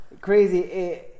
Crazy